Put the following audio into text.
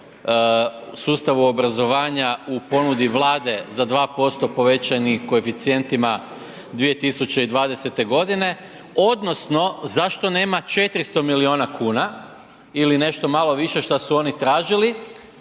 sustavu obrazovanja u ponudi Vlade za 2% povećanim koeficijentima 2020. g. odnosno zašto nema 400 milijuna kuna ili nešto malo više što su oni tražili,